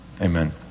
amen